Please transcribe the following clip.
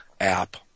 app